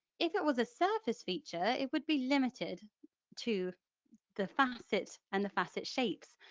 if it was a surface feature it would be limited to the facets and the facet shapes,